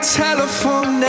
telephone